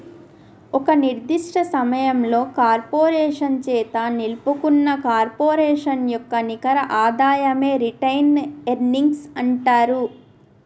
ఒక నిర్దిష్ట సమయంలో కార్పొరేషన్ చేత నిలుపుకున్న కార్పొరేషన్ యొక్క నికర ఆదాయమే రిటైన్డ్ ఎర్నింగ్స్ అంటరు